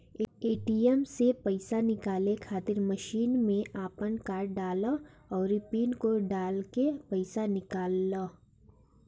ATM से पईसा निकाले खातिर मशीन में आपन कार्ड डालअ अउरी पिन कोड डालके पईसा निकाल लअ